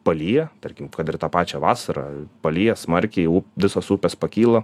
palyja tarkim kad ir tą pačią vasarą palyja smarkiai visos upės pakyla